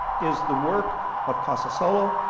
is the work of casasola,